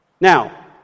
Now